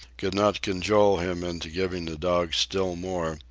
could not cajole him into giving the dogs still more,